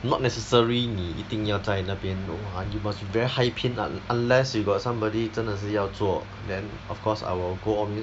not necessary 你一定要在那边 !wah! you must be very high paying unless you got somebody 真的是要做 then of course I will go on